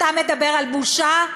אתה מדבר על בושה?